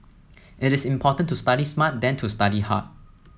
it is important to study smart than to study hard